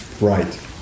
right